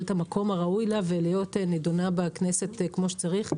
את המקום הראוי לה ולהיות נדונה בכנסת כמו שצריך.